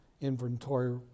inventory